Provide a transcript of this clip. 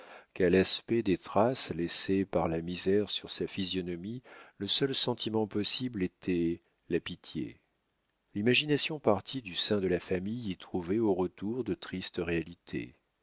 qu'à l'aspect des traces laissées par la misère sur sa physionomie le seul sentiment possible était la pitié l'imagination partie du sein de la famille y trouvait au retour de tristes réalités